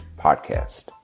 podcast